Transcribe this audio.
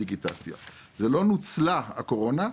הקורונה לא נוצלה,